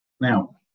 Now